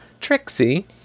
trixie